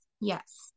yes